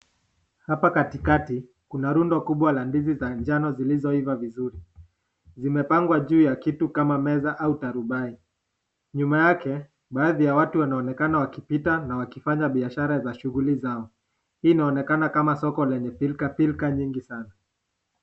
Hapa katikati kuna rundo kubwa la ndizi za manjano zilizooiva vizuri. Zimepangwa juu ya kitu kama meza au turubai. Nyuma yake baadhi ya watu wanaonekana wakipita na wakifanya biashara za shughuli zao. Hii inaonekana kama soko lenye pilka pilka nyingi sana.